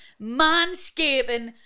manscaping